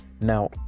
Now